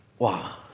wow.